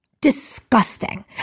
disgusting